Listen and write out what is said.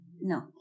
No